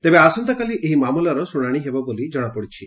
ତେବେ ଆସନ୍ତାକାଲି ଏହି ମାମଲାର ଶୁଣାଶି ହେବ ବୋଲି ଜଣାପଡ଼ିଛି